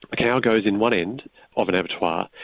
the cow goes in one end of an abattoir,